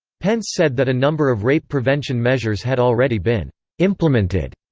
pence said that a number of rape prevention measures had already been implemented.